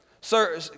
sir